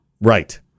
Right